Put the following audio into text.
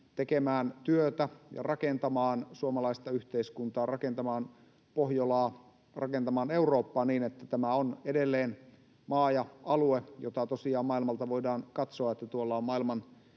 tekemään työtä ja rakentamaan suomalaista yhteiskuntaa, rakentamaan Pohjolaa, rakentamaan Eurooppaa — että tämä on edelleen maa ja alue, jota tosiaan maailmalta voidaan katsoa, että tuolla on maailman